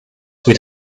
with